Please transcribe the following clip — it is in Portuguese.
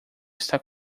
está